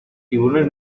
tiburones